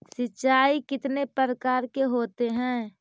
सिंचाई कितने प्रकार के होते हैं?